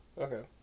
Okay